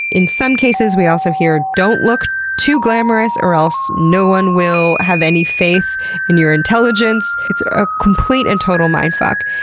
in some cases, we also hear, don't look too glamorous or else no will have any faith in your intelligence. it's a complete and total mindfuck!